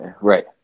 Right